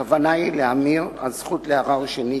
הכוונה היא להמיר זכות לערר שני,